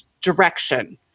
direction